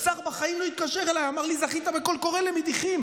שר בחיים לא התקשר אליי ואמר לי: זכית בקול קורא למדיחים.